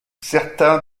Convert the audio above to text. certains